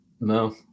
No